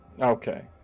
Okay